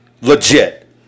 legit